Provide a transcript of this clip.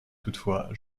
toutefois